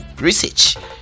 research